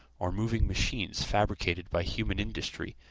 or moving machines fabricated by human industry,